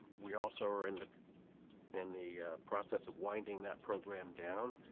we also are and in the process of winding that program down.